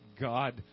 God